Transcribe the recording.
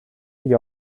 gli